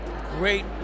great